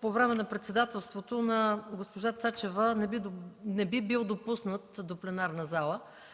по време на председателството на госпожа Цачева не би бил допуснат до пленарната зала.